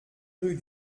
rue